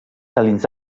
salins